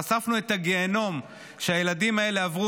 חשפנו את הגיהינום שהילדים האלה עברו